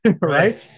Right